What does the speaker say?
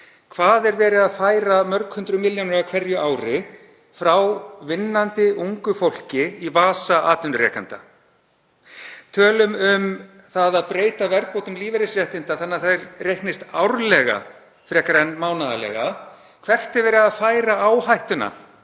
hvað er verið að færa mörg hundruð milljónir á hverju ári frá vinnandi ungu fólki í vasa atvinnurekenda? Tölum um það að breyta verðbótum lífeyrisréttinda þannig að þær reiknist árlega frekar en mánaðarlega, hvert er verið að færa áhættuna